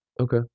Okay